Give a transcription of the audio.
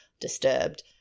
disturbed